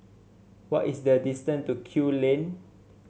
what is the distance to Kew Lane